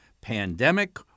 pandemic